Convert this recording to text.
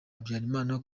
habyarimana